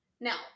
Now